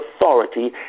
authority